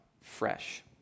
fresh